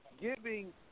giving